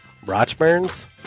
Rochburns